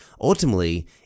Ultimately